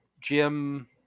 Jim